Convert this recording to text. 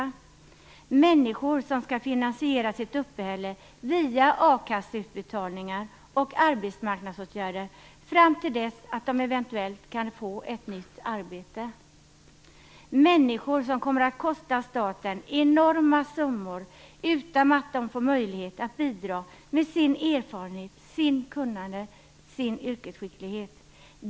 Det är människor som skall finansiera sitt uppehälle via a-kasseutbetalningar och arbetsmarknadsåtgärder fram till dess att de eventuellt kan få ett nytt arbete. Det är människor som kommer att kosta staten enorma summor, utan att de får möjlighet att bidra med sin erfarenhet, sitt kunnande och sin yrkesskicklighet.